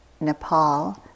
Nepal